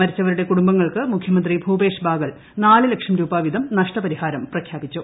മരിച്ചവരുടെ കുടുംബങ്ങൾക്ക് മുഖ്യമന്ത്രി ഭൂപേശ് ബാഗേൽ നാല് ലക്ഷം രൂപാവീതം നഷ്ടപരിഹാരം പ്രഖ്യാപിച്ചു